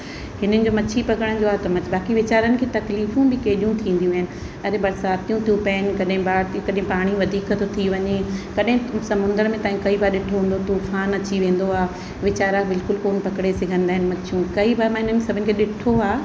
हिननि जो मछी पकिड़ण जो आहे त बाकी वेचारनि खे तकलीफ़ूं बि केॾियूं थींदियूं आहिनि अरे बरसातियूं ती पवनि कॾहिं बाढ़ थी कॾहिं पाणी वधीक थो थी वञे कॾहिं समुंद्र में कई बार ॾिठो हूंदो तूफान अची वेंदो आहे वेचारा बिल्कुलु कोन पकिड़े सघंदा आहिनि मछियूं कई बार मां हिननि सभिनि खे ॾिठो आहे